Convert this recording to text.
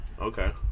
okay